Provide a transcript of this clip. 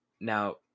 Now